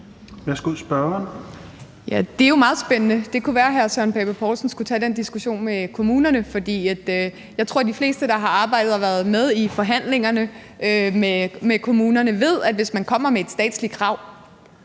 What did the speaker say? Det er jo meget spændende. Det kunne være, at hr. Søren Pape Poulsen skulle tage den diskussion med kommunerne. Jeg tror, at de fleste, der har arbejdet og været med i forhandlingerne med kommunerne, ved, at hvis man kommer med et statsligt krav,